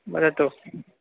वदतु